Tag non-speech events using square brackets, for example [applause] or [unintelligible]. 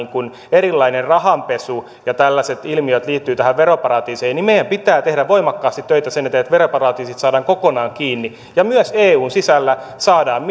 erilainen rahanpesu ja tällaiset ilmiöt liittyvät näihin veroparatiiseihin niin meidän pitää tehdä voimakkaasti töitä sen eteen että veroparatiisit saadaan kokonaan kiinni ja myös eun sisällä saadaan [unintelligible]